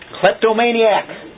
kleptomaniac